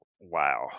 wow